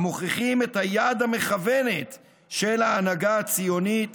המוכיחים את היד המכוונת של ההנהגה הציונית